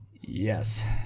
Yes